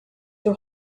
two